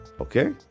okay